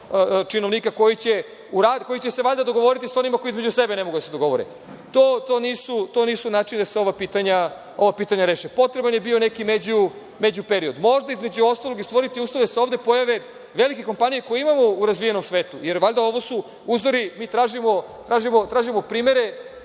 činovnika koji će se valjda dogovoriti sa onima koji između sebe ne mogu da se dogovore, itd. To nisu načini da se ova pitanja reše. Potreban je bio neki međuperiod. Možda, između ostalog, i stvoriti uslove da se ovde pojave velike kompanije, koje imamo u razvijenom svetu, jer, valjda, ovo su uzori, mi tražimo primere